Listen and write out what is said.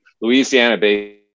Louisiana-based